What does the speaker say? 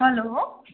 hello